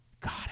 God